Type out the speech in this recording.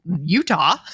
utah